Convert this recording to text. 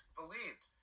believed